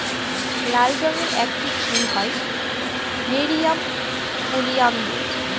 লাল রঙের একটি ফুল হয় নেরিয়াম ওলিয়ানদের